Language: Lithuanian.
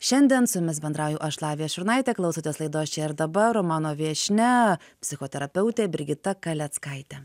šiandien su jumis bendrauju aš lavija šurnaitė klausotės laidos čia ir dabar mano viešnia psichoterapeutė brigita kaleckaitė